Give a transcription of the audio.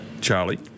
Charlie